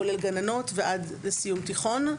כולל גננות ועד לסיום תיכון.